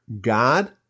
God